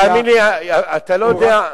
תאמין לי, אתה לא יודע?